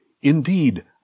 Indeed